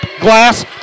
Glass